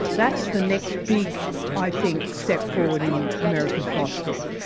that's the next big i think step forward in american philosophy.